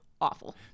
awful